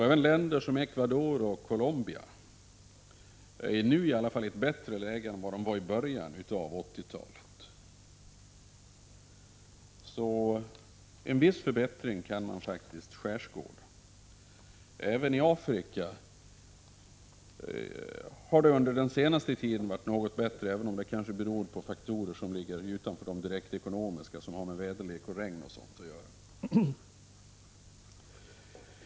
Även länder som Ecuador och Colombia är nu i ett bättre läge än de var i början av 1980-talet. En viss förbättring kan man således faktiskt skönja. Även i Afrika har det under den senaste tiden varit något bättre, även om det beror på faktorer som ligger utanför de direkt ekonomiska, t.ex. väderleken.